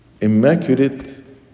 immaculate